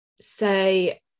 say